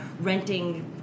renting